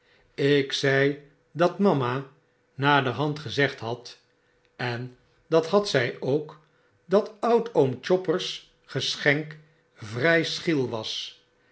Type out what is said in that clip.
ik zei cfat mama naderband gezegd had en dat had zy ook dat oud oom chopper's geschenk vry schriel was